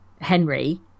Henry